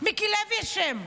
מיקי לוי אשם,